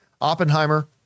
Oppenheimer